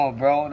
bro